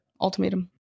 Ultimatum